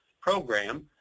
program